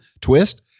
twist